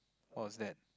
what was that